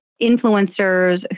influencers